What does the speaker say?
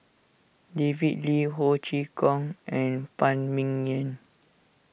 David Lee Ho Chee Kong and Phan Ming Yen